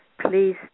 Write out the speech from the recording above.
please